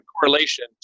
correlation